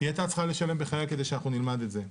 היא הייתה צריכה לשלם בחייה כדי שאנחנו נלמד מזה.